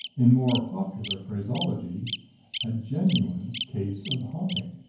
in more popular phraseology a genuine case of haunting.